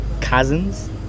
cousins